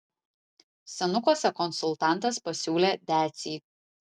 senukuose konsultantas pasiūlė decį